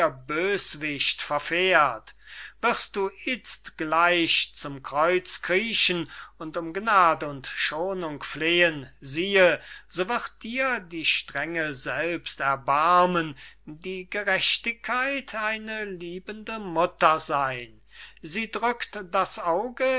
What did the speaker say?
böswicht verfährt wirst du itzt gleich zum kreuz kriechen und um gnade und schonung flehen siehe so wird dir die strenge selbst erbarmen die gerechtigkeit eine liebende mutter seyn sie drückt das auge